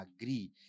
agree